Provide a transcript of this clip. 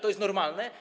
To jest normalne?